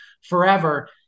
forever